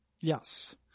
Yes